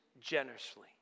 generously